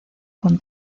con